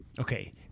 Okay